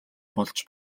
болж